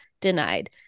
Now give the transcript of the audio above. denied